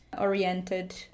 oriented